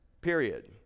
period